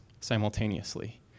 simultaneously